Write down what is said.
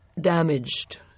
damaged